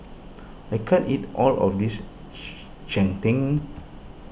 I can't eat all of this Cheng Tng